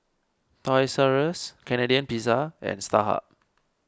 Toys R Us Canadian Pizza and Starhub